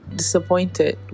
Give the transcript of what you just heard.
disappointed